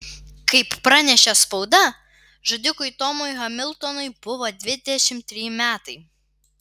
kaip pranešė spauda žudikui tomui hamiltonui buvo dvidešimt treji metai